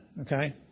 okay